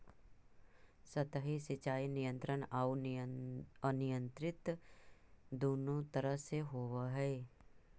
सतही सिंचाई नियंत्रित आउ अनियंत्रित दुनों तरह से होवऽ हइ